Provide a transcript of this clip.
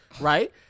Right